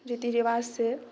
रीति रिवाजसँ